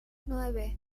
nueve